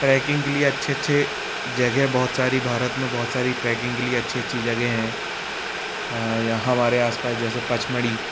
trekking के लिए अच्छे अच्छे जगह बहुत सारी भारत में बहुत सारी ट्रैकिंग के लिए अच्छी अच्छी जगहें हैं हमारे आस पास जैसे पचमढ़ी